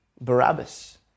Barabbas